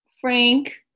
Frank